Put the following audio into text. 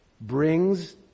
brings